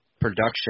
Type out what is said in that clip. production